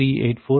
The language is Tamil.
0384 0